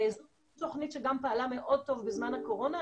זו תוכנית שפעלה מאוד טוב בזמן הקורונה,